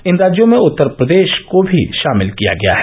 इन राज्यों में उत्तर प्रदेष को भी षामिल किया गया है